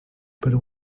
para